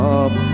up